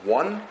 one